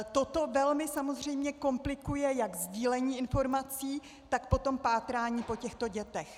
Toto velmi komplikuje jak sdílení informací, tak potom pátrání po těchto dětech.